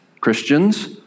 Christians